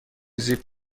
زیپ